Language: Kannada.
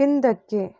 ಹಿಂದಕ್ಕೆ